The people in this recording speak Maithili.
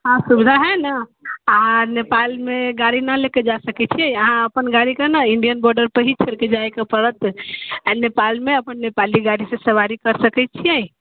हाँ सुविधा हइ ना अहाँ नेपालमे गाड़ी ना लऽ कऽ जा सकैत छियै अहाँ अपन गाड़ीके न इंडियन बॉर्डरपर ही छोड़ि कऽ जाइके पड़त आ नेपालमे अपन नेपाली गाड़ीसँ सवारी करि सकैत छियै